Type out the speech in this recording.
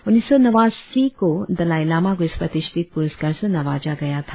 उन्नीस सौ नवासी की दलाई लामा को इस प्रतिष्ठित पुरस्कार से नवाजा गया था